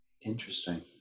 Interesting